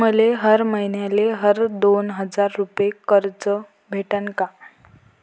मले हर मईन्याले हर दोन हजार रुपये कर्ज भेटन का?